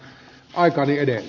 aikaa myöden